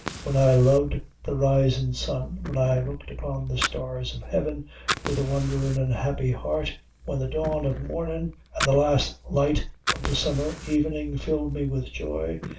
when i loved the risin' sun when i looked upon the stars of heaven with a wonderin' and happy heart when the dawn of mornin' and the last light of the summer evening filled me with joy,